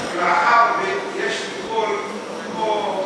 יש לי קול כמו,